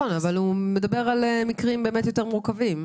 אבל הוא מדבר על מקרים יותר מורכבים,